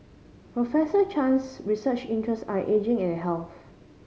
Professor Chan's research interest are ageing and health